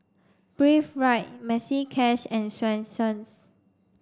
Breathe Right Maxi Cash and Swensens